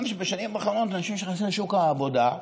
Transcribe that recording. שבשנים האחרונות אנשים שנכנסים לשוק העבודה,